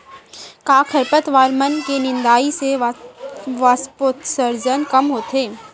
का खरपतवार मन के निंदाई से वाष्पोत्सर्जन कम होथे?